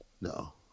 No